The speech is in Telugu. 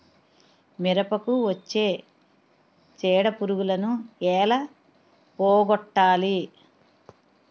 మిరపకు వచ్చే చిడపురుగును ఏల పోగొట్టాలి?